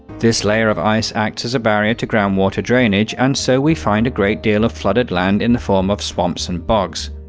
this layer of ice acts as a barrier to groundwater drainage, and so we find a great deal of flooded land in the form of swamps and bogs.